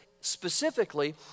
specifically